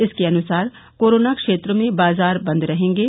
इसके अनुसार कोरोना क्षेत्र में बाजार बंद रहेंगे